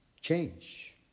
Change